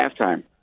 halftime